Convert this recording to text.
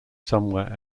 somewhere